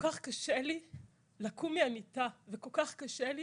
קשה לי לקום מהמיטה וכל כך קשה לי